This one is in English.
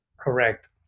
correct